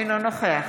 אינו נוכח